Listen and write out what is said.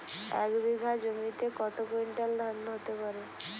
এক বিঘা জমিতে কত কুইন্টাল ধান হতে পারে?